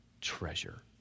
treasure